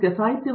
professor